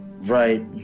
Right